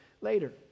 later